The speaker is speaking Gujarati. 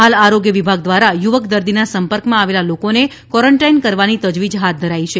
હાલ આરોગ્ય વિભાગ દ્વારા યુવક દર્દીના સંપર્કમાં આવેલા લોકોને કોરન્ટાઇન કરવાની તજવીજ હાથ ધરાઈ છે